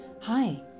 Hi